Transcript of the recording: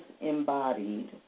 embodied